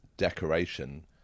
decoration